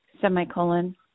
semicolon